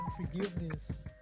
forgiveness